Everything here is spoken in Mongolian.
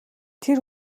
тэр